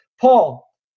Paul